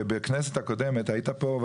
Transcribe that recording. ובכנסת הקודמת, היית פה?